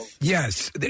Yes